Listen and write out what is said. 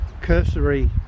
cursory